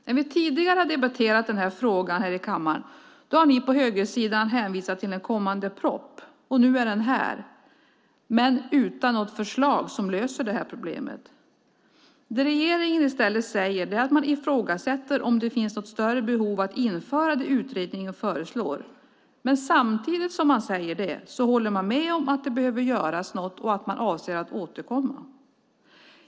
När vi tidigare har debatterat den här frågan här i kammaren har ni på högersidan hänvisat till en kommande proposition, och nu är den här, men utan något förslag som löser det här problemet. Det regeringen i stället säger är att man ifrågasätter om det finns något större behov av att införa det utredningen föreslår. Men samtidigt som man säger det håller man med om att det behöver göras något och att man avser att återkomma.